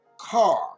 car